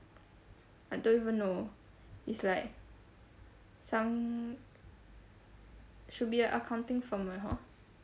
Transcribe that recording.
I don't even know it's like some should be a accounting firm lah hor